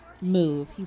Move